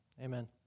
Amen